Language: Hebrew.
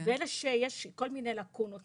לאלה שיש כל מיני לקונות,